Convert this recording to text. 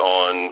on